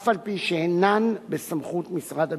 אף-על-פי שאינן בסמכות משרד המשפטים.